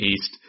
East